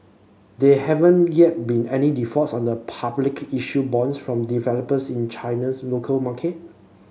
there haven't yet been any defaults on the publicly issued bonds from developers in China's local market